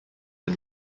are